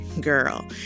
girl